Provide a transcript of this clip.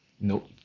nope